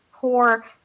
Poor